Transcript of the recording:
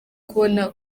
kubona